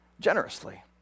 generously